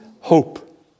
hope